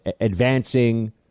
advancing